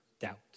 doubt